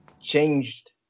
changed